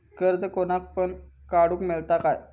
कर्ज कोणाक पण काडूक मेलता काय?